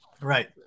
Right